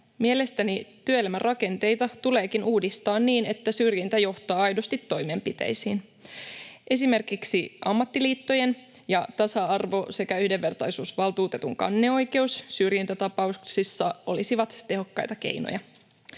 Mielestäni työelämän rakenteita tuleekin uudistaa niin, että syrjintä johtaa aidosti toimenpiteisiin. Esimerkiksi ammattiliittojen ja tasa-arvo- sekä yhdenvertaisuusvaltuutettujen kanneoikeus syrjintätapauksissa olisi tehokas keino.